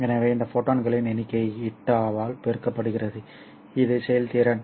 எனவே இந்த ஃபோட்டான்களின் எண்ணிக்கை η ஆல் பெருக்கப்படுகிறது இது செயல்திறன்